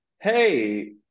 hey